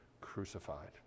crucified